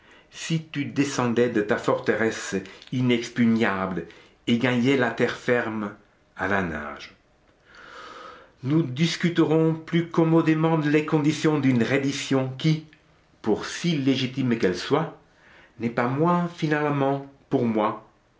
si tu descendais de ta forteresse inexpugnable et gagnais la terre ferme à la nage nous discuterons plus commodément les conditions d'une reddition qui pour si légitime qu'elle soit n'en est pas moins finalement pour moi